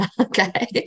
okay